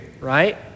right